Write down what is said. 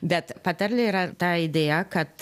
bet patarlėj yra ta idėja kad